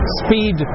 speed